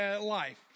life